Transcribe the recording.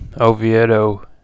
oviedo